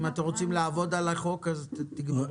תודה.